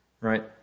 Right